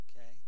Okay